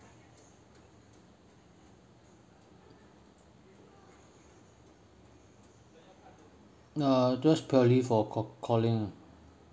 uh just purely for ca~ calling